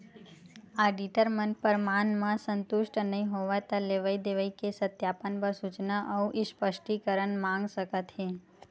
auditor मन परमान म संतुस्ट नइ होवय त लेवई देवई के सत्यापन बर सूचना अउ स्पस्टीकरन मांग सकत हे